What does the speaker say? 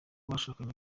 bashakanye